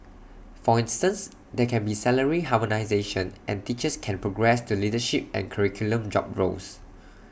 for instance there can be salary harmonisation and teachers can progress to leadership and curriculum job roles